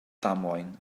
ddamwain